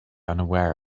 unaware